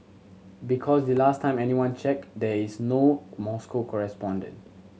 because the last time anyone checked there is no Moscow correspondent